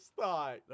thought